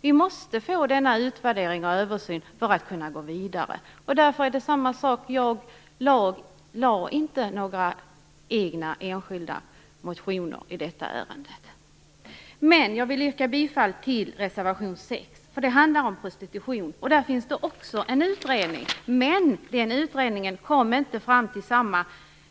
Vi måste få denna utvärdering och översyn för att kunna gå vidare. Därför väckte jag inte några egna enskilda motioner i detta ärende. Jag vill emellertid yrka bifall till reservation 6 som handlar om prostitution. I fråga om prostitution finns det också en utredning, men den utredningen kom inte fram till